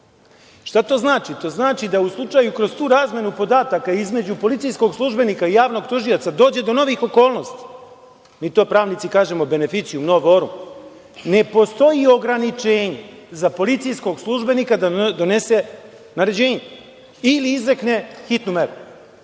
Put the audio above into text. Šta to znači? To znači da u slučaju kroz tu razmenu podataka između policijskog službenika i javnog tužioca dođe do novih okolnosti, mi to pravnici kažemo „beneficie nogaro“, ne postoji ograničenje za policijskog službenika da donese naređenje i izrekne hitnu meru.